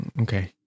Okay